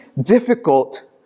difficult